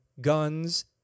guns